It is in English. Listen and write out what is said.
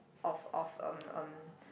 of of um